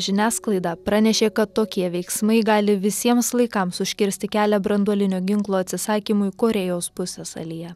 žiniasklaida pranešė kad tokie veiksmai gali visiems laikams užkirsti kelią branduolinio ginklo atsisakymui korėjos pusiasalyje